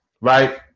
right